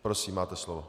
Prosím, máte slovo.